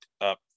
up